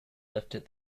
lifted